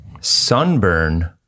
Sunburn